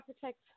protect